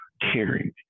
caring